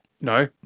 No